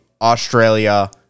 Australia